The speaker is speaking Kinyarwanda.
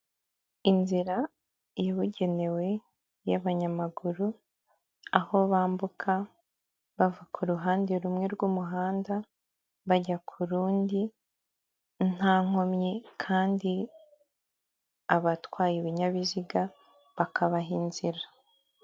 Inzira ibugenewe y'abanyamaguru aho bambuka bava ku ruhande rumwe rw'umuhanda bajya ku rundi nta nkomyi kandi abatwaye ibinyabiziga bakabaha inzira.